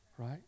right